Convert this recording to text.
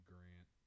Grant